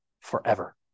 forever